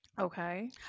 Okay